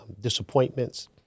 disappointments